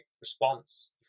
response